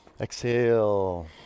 Exhale